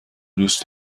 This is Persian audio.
دوست